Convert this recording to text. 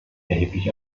erheblich